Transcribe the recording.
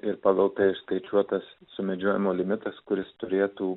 ir pagal perskaičiuotas sumedžiojimo limitas kuris turėtų